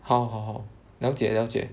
好好好了解了解